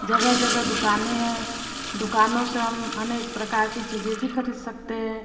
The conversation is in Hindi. जगह जगह दुकानें है दुकानों से हम अनेक प्रकार की चीज़ें भी ख़रीद सकते हैं